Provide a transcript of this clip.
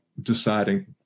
deciding